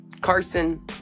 Carson